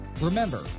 Remember